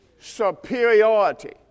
Superiority